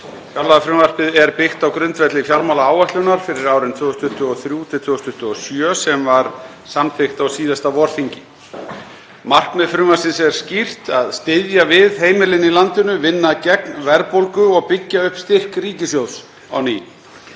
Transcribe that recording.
Fjárlagafrumvarpið er byggt á grundvelli fjármálaáætlunar fyrir árin 2023–2027 sem var samþykkt á síðasta vorþingi. Markmið frumvarpsins er skýrt: Að styðja við heimilin í landinu, vinna gegn verðbólgu og byggja upp styrk ríkissjóðs á ný.